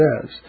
says